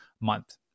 month